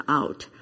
out